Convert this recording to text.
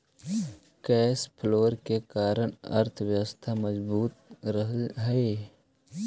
cash flow के कारण अर्थव्यवस्था मजबूत रहऽ हई